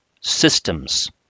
systems